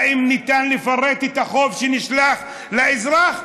האם ניתן לפרט את החוב שנשלח לאזרח?